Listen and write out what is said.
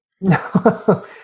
No